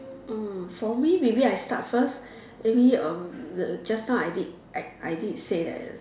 hmm for me maybe I start first maybe um just now I did I did say that